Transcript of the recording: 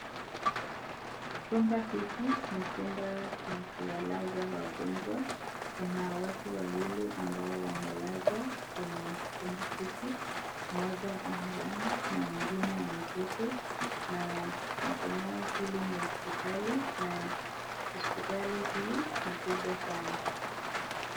Chumba hiki ni chumba ya kuwalanza wagonjwa, kuna watu wawili ambao wamelazwa kwenye chumba hiki, moja amelala na mwingine ameketi, na natumai hili ni hospitali na hospitali hii ni kubwa sana.